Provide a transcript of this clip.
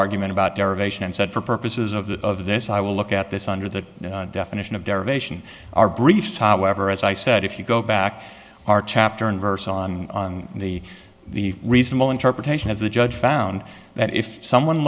argument about derivation and said for purposes of the of this i will look at this under the definition of derivation r briefs however as i said if you go back our chapter and verse on the the reasonable interpretation as the judge found that if someone